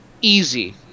easy